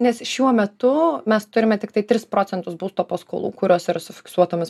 nes šiuo metu mes turime tiktai tris procentus būsto paskolų kurios yra su fiksuotomis